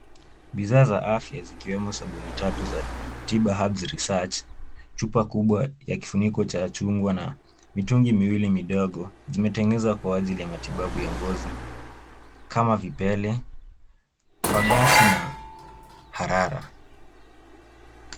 Bidhaa za afya ikiwemo sabuni tatu za Tiba Herbs Research. Chupa kubwa ya kifuniko cha chungwa na mitungi miwili midogo zimetengenezwa kwa ajili ya matibabu ya ngozi kama vipele, fagasi na harara.